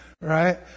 right